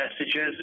messages